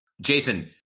Jason